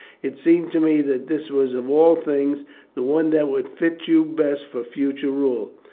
it seemed to me that this was of all things the one that would fit you best for future rule.